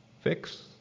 Fix